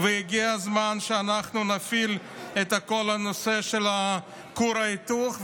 והגיע הזמן שאנחנו נפעיל את כל הנושא של כור ההיתוך.